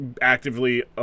actively